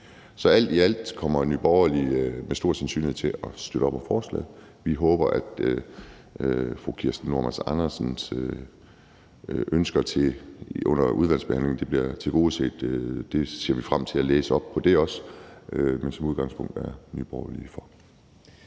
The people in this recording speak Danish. Så alt i alt kommer Nye Borgerlige med stor sandsynlighed til at støtte forslaget. Vi håber, at fru Kirsten Normann Andersens ønsker bliver tilgodeset under udvalgsbehandlingen. Det ser vi også frem til at læse op på, men som udgangspunkt er Nye Borgerlige for.